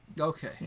okay